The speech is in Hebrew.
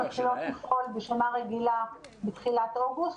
הן מתחילות לפעול בשנה רגילה בתחילת אוגוסט,